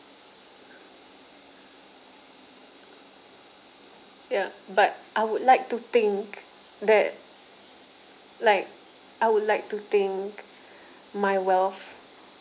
ya but I would like to think that like I would like to think my wealth